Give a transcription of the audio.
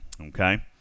Okay